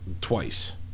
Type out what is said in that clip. twice